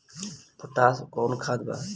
Potash कोउन खाद बा?